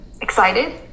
excited